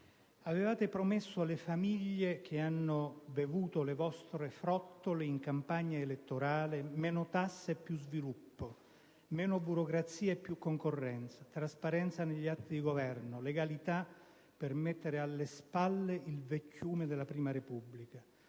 avevate promesso alle famiglie - che hanno bevuto le vostre frottole in campagna elettorale - meno tasse e più sviluppo, meno burocrazia e più concorrenza, trasparenza negli atti di Governo, legalità per mettere alle spalle il vecchiume della Prima Repubblica;